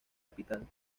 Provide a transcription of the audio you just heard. capital